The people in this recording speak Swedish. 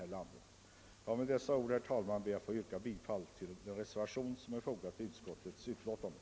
Herr talman! Med det anförda ber jag att få yrka bifall till den reservation som är fogad till bankoutskottets utlåtande.